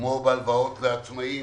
כמו בהלוואות לעצמאים